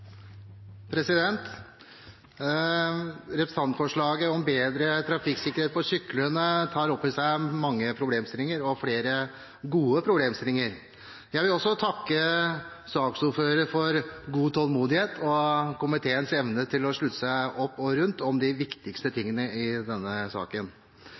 Representantforslaget om bedre trafikksikkerhet for syklende tar opp mange problemstillinger – og flere gode problemstillinger. Jeg vil takke saksordføreren for stor tålmodighet og for komiteens evne til å slutte opp om de viktigste tingene i denne saken.